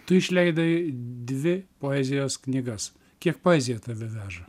tu išleidai dvi poezijos knygas kiek poezija tave veža